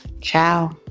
Ciao